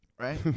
right